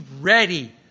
ready